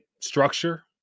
structure